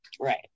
Right